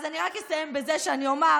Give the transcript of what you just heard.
אז אני רק אסיים בזה שאני אומר: